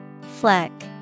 Fleck